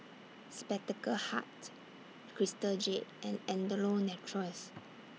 Spectacle Hut Crystal Jade and Andalou Naturals